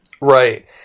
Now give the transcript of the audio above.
Right